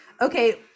okay